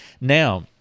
Now